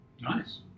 Nice